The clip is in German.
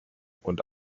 und